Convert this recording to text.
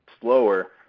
slower